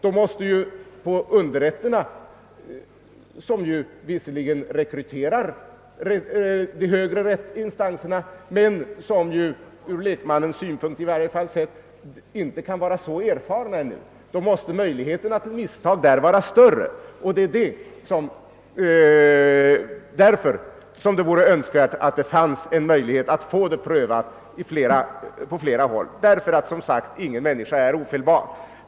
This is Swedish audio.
I underrätterna — varifrån visserligen de högre rättsinstanserna rekryteras men vilkas ledamöter i varje fall enligt lekmannens uppfattning inte kan vara lika erfarna — måste möjligheterna att göra misstag vara större. Det vore därför önskvärt att det funnes en utväg att få ett ärende prövat på flera håll. Ingen människa är som sagt ofelbar.